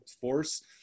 force